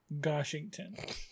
Goshington